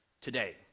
today